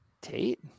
Tate